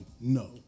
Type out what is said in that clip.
no